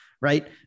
Right